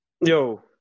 Yo